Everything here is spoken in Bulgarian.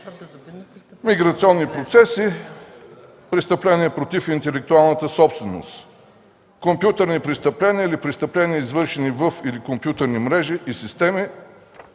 Миграционни процеси, престъпления против интелектуалната собственост, компютърни престъпления или престъпления, извършени във или чрез компютърни мрежи и системи.